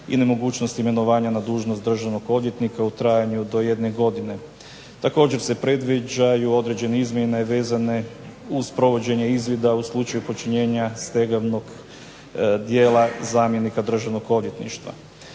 i nemogućnost imenovanja na dužnost državnog odvjetnika u trajanju do jedne godine. Također se predviđaju određene izmjene vezane uz provođenje izvida u slučaju počinjenja stegovnog dijela zamjenika državnog odvjetništva.